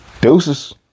Deuces